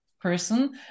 person